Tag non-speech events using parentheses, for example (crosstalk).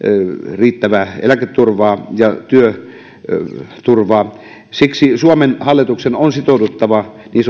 riittävää eläketurvaa ja työturvaa siksi suomen hallituksen on sitouduttava niin (unintelligible)